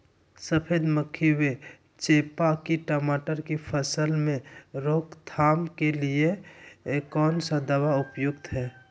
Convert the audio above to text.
सफेद मक्खी व चेपा की टमाटर की फसल में रोकथाम के लिए कौन सा दवा उपयुक्त है?